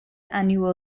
annual